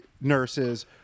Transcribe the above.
nurses